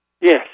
Yes